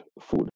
food